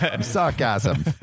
Sarcasm